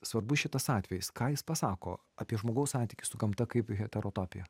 svarbus šitas atvejis ką jis pasako apie žmogaus santykį su gamta kaip heterotopija